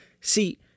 See